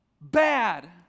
bad